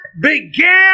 began